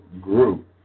group